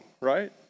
right